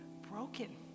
broken